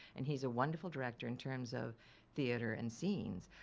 and he's a wonderful director in terms of theater and scenes,